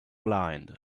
blind